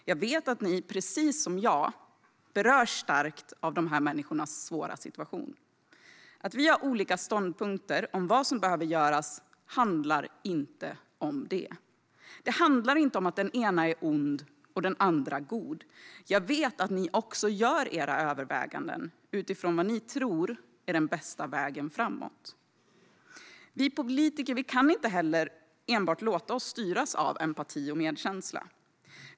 Jag vet att ni precis som jag berörs starkt av dessa människors svåra situation. Att vi har olika ståndpunkter om vad som behöver göras handlar inte om detta. Det handlar inte om att den ena är ond och den andra god. Jag vet att ni också gör era överväganden utifrån vad ni tror är den bästa vägen framåt. Vi politiker kan heller inte enbart låta oss styras av empati och medkänsla.